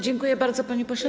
Dziękuję bardzo, panie pośle.